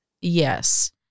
Yes